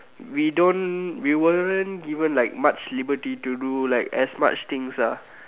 we don't we weren't given like much liberty to do like as much things ah